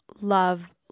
love